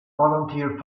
volunteer